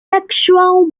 sexual